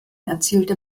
erzielte